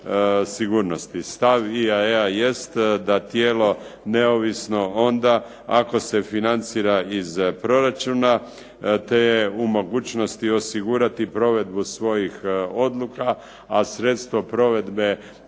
sigurnosti. Stav EAEA jest da tijelo neovisno onda ako se financira iz proračuna, te je u mogućnosti osigurati provedbu svojih odluka, a sredstvo provedbe